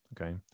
okay